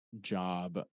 job